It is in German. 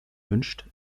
wünscht